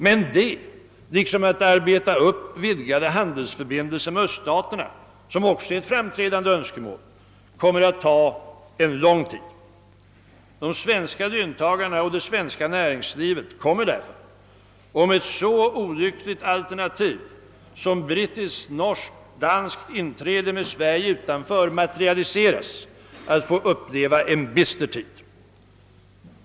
Men det, liksom att arbeta upp vidgade handelsförbindelser med öststaterna — som också är ett framträdande önskemål — kommer att ta en lång tid. De svenska löntagarna och det svenska näringslivet kommer därför, om ett så olyckligt alternativ som brittiskt-norskt-danskt inträde med Sverige utanför materialiseras, att få uppleva en bister tid.